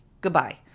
Goodbye